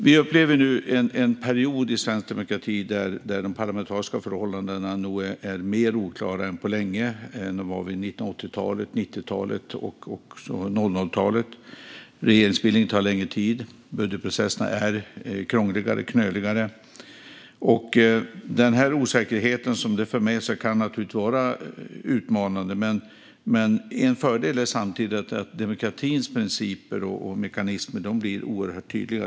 Vi upplever nu en period i svensk demokrati där de parlamentariska förhållandena är mer oklara än på länge, mer än de var på 80, 90 och 00-talen. Regeringsbildningen tar längre tid, och budgetprocesserna är krångligare och knöligare. Den osäkerhet som detta för med sig kan vara utmanande, men en fördel är samtidigt att demokratins principer och mekanismer blir oerhört tydliga.